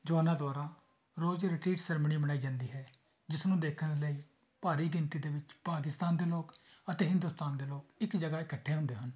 ਜਵਾਨਾਂ ਦੁਆਰਾ ਰੋਜ਼ ਰੀਟਰੀਟ ਸੈਰੇਮਨੀ ਮਨਾਈ ਜਾਂਦੀ ਹੈ ਜਿਸ ਨੂੰ ਦੇਖਣ ਲਈ ਭਾਰੀ ਗਿਣਤੀ ਦੇ ਵਿੱਚ ਪਾਕਿਸਤਾਨ ਦੇ ਲੋਕ ਅਤੇ ਹਿੰਦੁਸਤਾਨ ਦੇ ਲੋਕ ਇੱਕ ਜਗ੍ਹਾ ਇਕੱਠੇ ਹੁੰਦੇ ਹਨ